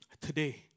Today